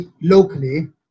locally